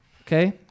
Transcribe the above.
Okay